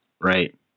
Right